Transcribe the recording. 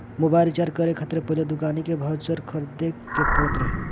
mobile recharge करे खातिर पहिले दुकानी के बाउचर कार्ड खरीदे के पड़त रहे